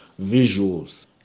visuals